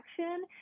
action